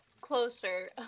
closer